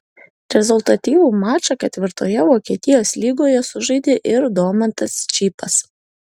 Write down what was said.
rezultatyvų mačą ketvirtoje vokietijos lygoje sužaidė ir domantas čypas